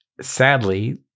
sadly